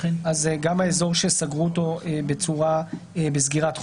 גם האזור שסגרו אותו בסגירת חורף.